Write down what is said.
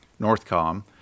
Northcom